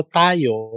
tayo